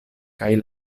kaj